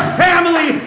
family